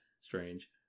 strange